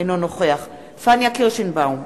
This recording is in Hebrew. אינו נוכח פניה קירשנבאום,